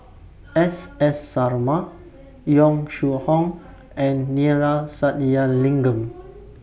S S Sarma Yong Shu Hoong and Neila Sathyalingam